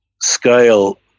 scale